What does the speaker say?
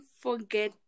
forget